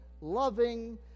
loving